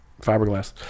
fiberglass